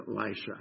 Elisha